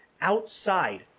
outside